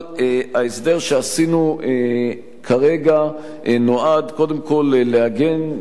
אבל ההסדר שעשינו כרגע נועד קודם כול לעגן,